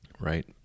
right